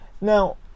Now